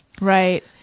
right